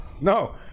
No